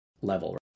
level